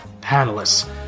panelists